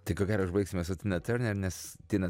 tai ko gero užbaigsime su tina tiorner nes tina